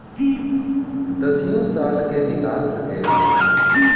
दसियो साल के निकाल सकेला